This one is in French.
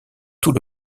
tout